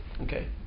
okay